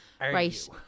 Right